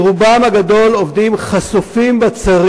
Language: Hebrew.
הוא חוק שיש לו משמעות ציבורית רחבה.